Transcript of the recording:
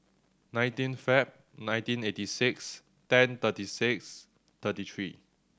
nineteen Feb nineteen eighty six ten thirty six thirty three